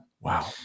Wow